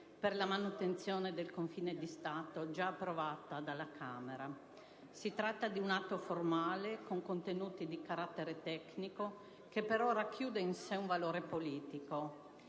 per la manutenzione del confine di Stato, già approvata dalla Camera. Si tratta di un atto formale con contenuti di carattere tecnico, che però racchiude in sé un valore politico.